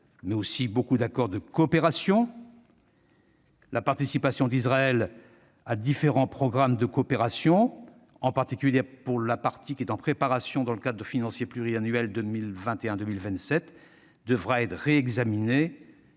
mais aussi par beaucoup d'accords de coopération. La participation d'Israël à différents programmes de coopération, en particulier pour la partie qui est en préparation dans le cadre financier pluriannuel 2021-2027, devrait être réexaminée